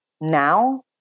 now